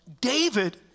David